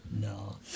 no